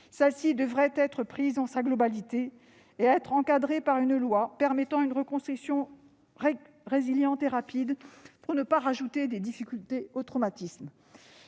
situation devrait être prise dans sa globalité et être encadrée par une loi permettant une reconstruction résiliente et rapide afin de ne pas ajouter des difficultés au traumatisme.